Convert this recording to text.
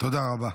תודה רבה.